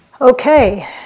Okay